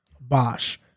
Bosch